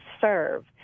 serve